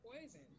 poison